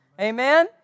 Amen